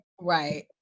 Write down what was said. right